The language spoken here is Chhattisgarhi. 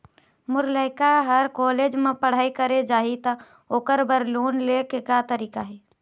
मोर लइका हर कॉलेज म पढ़ई करे जाही, त ओकर बर लोन ले के का तरीका हे?